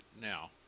now